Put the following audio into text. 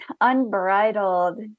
unbridled